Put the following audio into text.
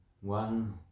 one